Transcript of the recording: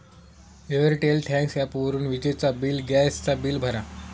Airtel thanks ॲपवरून विजेचा bill, gas चा बिल भरा